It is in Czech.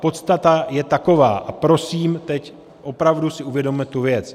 Podstata je taková a prosím, teď opravdu si uvědomme tu věc.